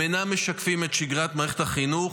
הם אינם משקפים את שגרת מערכת החינוך.